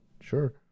sure